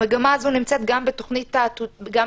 המגמה הזאת נמצא גם בתוכנית הבכירים,